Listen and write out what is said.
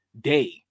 day